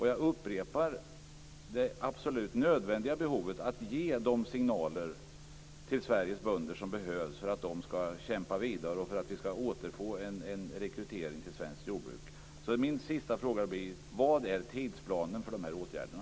Jag upprepar det absolut nödvändiga, att ge de signaler till Sveriges bönder som behövs för att de skall kämpa vidare och för att vi skall åter få en rekrytering till svenskt jordbruk. Min sista fråga blir: Vilken är tidsplanen för de här åtgärderna?